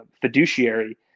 fiduciary